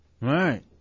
right